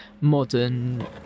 modern